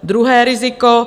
Druhé riziko.